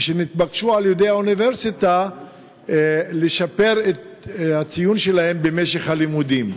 ונתבקשו על-ידי האוניברסיטה לשפר את הציון שלהם במשך הלימודים.